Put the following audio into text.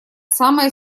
самое